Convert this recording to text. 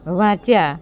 વાંચ્યા